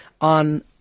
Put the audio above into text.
on